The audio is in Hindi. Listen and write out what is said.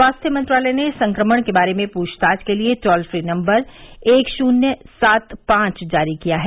स्वास्थ्य मंत्रालय ने संक्रमण के बारे में पूछताछ के लिए टोल फ्री नंबर एक शुन्य सात पांच जारी किया है